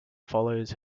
follows